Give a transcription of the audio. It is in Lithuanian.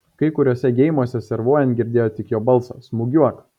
kai kuriuose geimuose servuojant girdėjo tik jo balsą smūgiuok